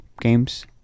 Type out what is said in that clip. games